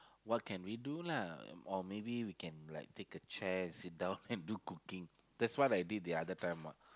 what can we do lah or maybe we can like take a chair and sit down and do cooking that's what I did the other time what